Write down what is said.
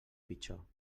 pitjor